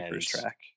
track